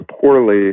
poorly